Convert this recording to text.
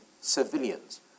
civilians